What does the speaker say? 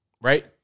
Right